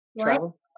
travel